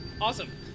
Awesome